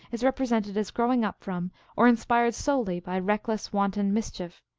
is repre sented as growing up from or inspired solely by reck less wanton mischief,